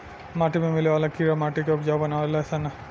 माटी में मिले वाला कीड़ा माटी के उपजाऊ बानावे लन सन